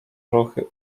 ruchy